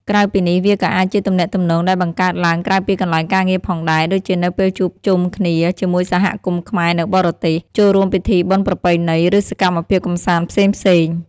ក្រៅពីនេះ វាក៏អាចជាទំនាក់ទំនងដែលបង្កើតឡើងក្រៅពីកន្លែងការងារផងដែរ ដូចជានៅពេលជួបជុំគ្នាជាមួយសហគមន៍ខ្មែរនៅបរទេស ចូលរួមពិធីបុណ្យប្រពៃណី ឬសកម្មភាពកម្សាន្តផ្សេងៗ ។